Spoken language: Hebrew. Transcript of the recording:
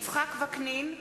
יצחק וקנין,